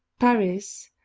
paris,